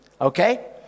Okay